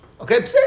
Okay